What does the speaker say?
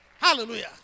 Hallelujah